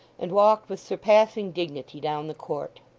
and walked with surpassing dignity down the court.